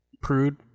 Prude